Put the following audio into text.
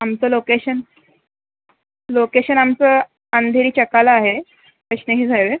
आमचं location location आमचं अंधेरी चेकाला आहे हायवे